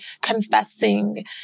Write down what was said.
confessing